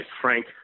Frank